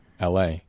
la